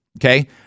okay